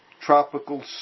tropical